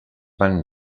van